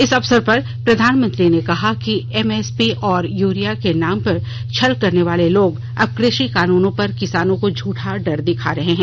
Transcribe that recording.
इस अवसर पर प्रधानमंत्री ने कहा कि एमएसपी और यूरिया के नाम पर छल करने वाले लोग अब कृषि कानूनों पर किसानों को झूठा डर दिखा रहे हैं